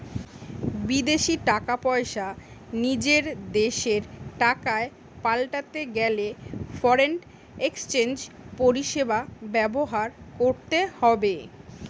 বিদেশী টাকা পয়সা নিজের দেশের টাকায় পাল্টাতে গেলে ফরেন এক্সচেঞ্জ পরিষেবা ব্যবহার করতে হবে